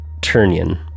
Turnian